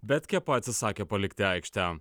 bet kepa atsisakė palikti aikštę